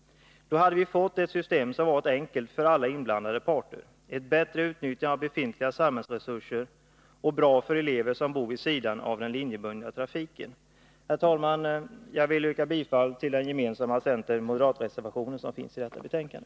Då hade vi fått ett system som varit enkelt för alla inblandade parter, inneburit ett bättre utnyttjande av befintliga samhällsresurser och varit bra för elever som bor vid sidan av den linjebundna trafiken. Herr talman! Jag vill yrka bifall till den gemensamma center-moderatreservation som finns i detta betänkande.